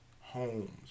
homes